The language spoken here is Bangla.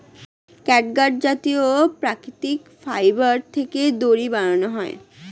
ক্যাটগাট জাতীয় প্রাকৃতিক ফাইবার থেকে দড়ি বানানো হয়